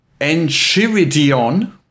Enchiridion